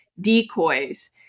decoys